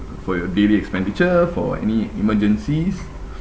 for your daily expenditure for any emergencies